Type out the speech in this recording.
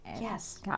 Yes